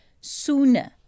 sooner